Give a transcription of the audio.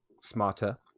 smarter